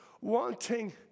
wanting